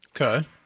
Okay